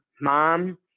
mom